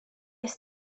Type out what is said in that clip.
est